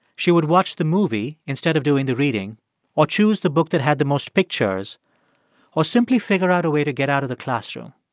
she would watch the movie instead of doing the reading or choose the book that had the most pictures or simply figure out a way to get out of the classroom.